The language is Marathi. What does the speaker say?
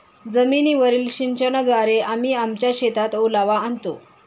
जमीनीवरील सिंचनाद्वारे आम्ही आमच्या शेतात ओलावा आणतो